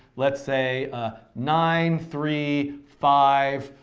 let's say nine, three, five,